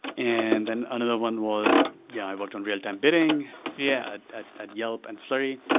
and then another one was yeah i worked on real time bidding yeah at at yelp and flurry.